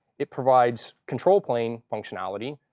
it provides control plane functionality,